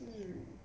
mm